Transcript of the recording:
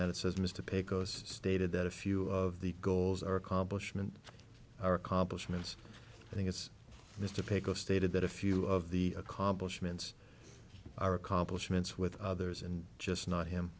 that it says mr pecos stated that a few of the goals are accomplishment or accomplishments i think it's mr paco stated that a few of the accomplishments are accomplishments with others and just not him